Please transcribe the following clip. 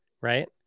right